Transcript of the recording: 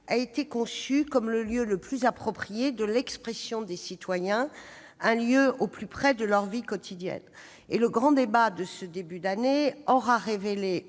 a été conçue comme le lieu le plus approprié de l'expression des citoyens, un lieu au plus près de leur vie quotidienne. Le grand débat de ce début d'année aura révélé au grand